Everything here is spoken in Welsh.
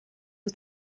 wyt